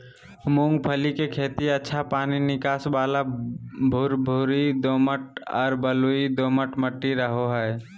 मूंगफली के खेती अच्छा पानी निकास वाला भुरभुरी दोमट आर बलुई दोमट मट्टी रहो हइ